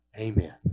Amen